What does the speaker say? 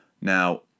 now